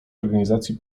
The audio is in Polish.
organizacji